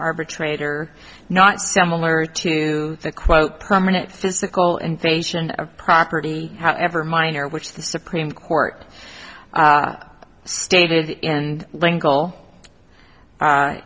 arbitrator not similar to the quote permanent physical invasion of property however minor which the supreme court stated and lin